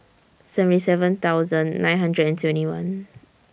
seventy seven thousand nine hundred and twenty one